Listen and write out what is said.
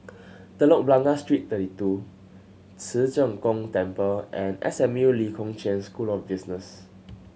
Telok Blangah Street Thirty Two Ci Zheng Gong Temple and S M U Lee Kong Chian School of Business